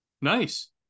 Nice